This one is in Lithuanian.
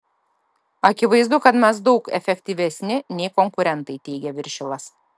akivaizdu kad mes daug efektyvesni nei konkurentai teigia viršilas